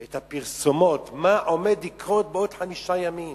את הפרסומות מה עומד לקרות בעוד חמישה ימים